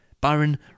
Byron